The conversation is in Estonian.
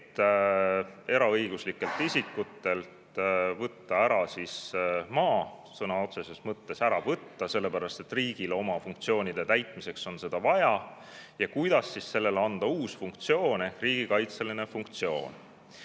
eraõiguslikelt isikutelt maa ära võtta – sõna otseses mõttes ära võtta, sellepärast et riigil on oma funktsioonide täitmiseks seda vaja –, ja kuidas sellele antakse uus funktsioon ehk riigikaitseline funktsioon.